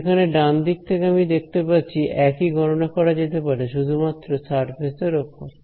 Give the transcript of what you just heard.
যেখানে ডান দিক থেকে আমি দেখতে পাচ্ছি একই গণনা করা যেতে পারে শুধুমাত্র সারফেস এর উপর